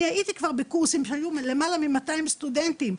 אני הייתי כבר בקורסים שהיו למעלה ממאתיים סטודנטים,